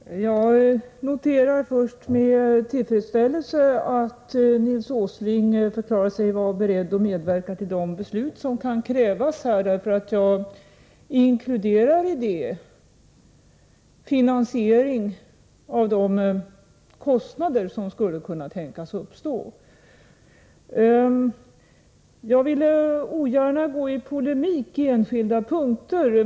Herr talman! Jag noterar först med tillfredsställelse att Nils Åsling förklarar sig vara beredd att medverka till de beslut som kan krävas. Jag inkluderar därmed finansieringen av de kostnader som skulle kunna tänkas uppstå. Jag vill ogärna gå i polemik på enskilda punkter.